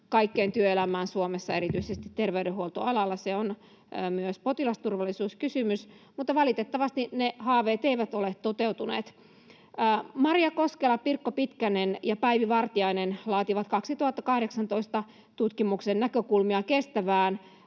kaikkeen työelämään Suomessa, erityisesti terveydenhuoltoalalla. Se on myös potilasturvallisuuskysymys. Valitettavasti ne haaveet eivät ole toteutuneet. Marja Koskela, Pirkko Pitkänen ja Päivi Vartiainen laativat vuonna 2018 tutkimuksen näkökulmista kestävään